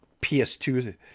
PS2